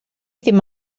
ddim